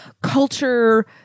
culture